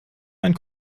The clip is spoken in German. einen